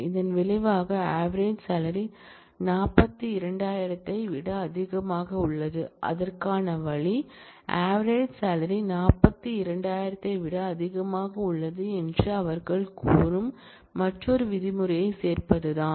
இதன் விளைவாக average salary 42000 ஐ விட அதிகமாக உள்ளது அதற்கான வழி ஆவேரேஜ் சாலரி 42000 ஐ விட அதிகமாக உள்ளது என்று அவர்கள் கூறும் மற்றொரு விதிமுறையைச் சேர்ப்பதுதான்